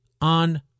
on